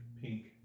pink